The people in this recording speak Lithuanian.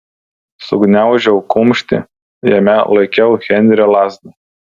sugniaužiau kumštį jame laikiau henrio lazdą